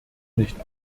nicht